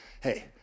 hey